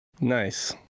Nice